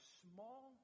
small